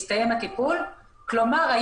כלומר,